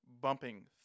bumping